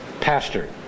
pastor